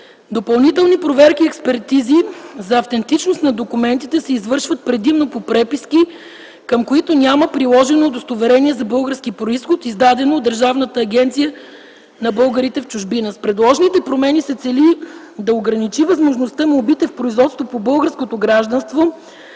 Допълнителни проверки и експертизи за автентичност на документите се извършват предимно по преписки, към които няма приложено удостоверение за български произход, издадено от Държавната агенция за българите в чужбина. С предложените промени се цели да се ограничи възможността молбите в производството по българското гражданство